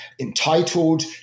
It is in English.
entitled